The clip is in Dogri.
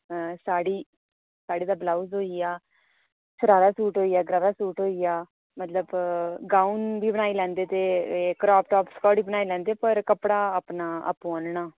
साड़ी साड़ी दा ब्लाउज होई गेआ छरारा सूट होई गेआ सूट होई गेआ मतलब गाउन बी बनाई लैंदे ते एह् क्राप टाइप सक्लट बी बनाई लैंदे पर कपड़ा अपना आपूं आह्नना